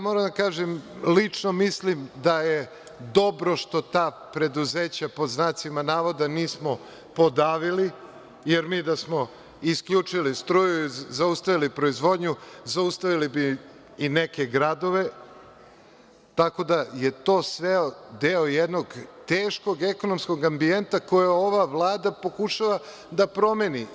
Moram da kažem da lično mislim da je dobro što ta preduzeća pod znacima navoda nismo podavili, jer mi da smo isključili struju i zaustavili proizvodnju, zaustavili bi i neke gradove, tako da je to sve deo jednog teškog ekonomskog ambijenta koji ova Vlada pokušava da promeni.